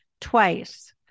twice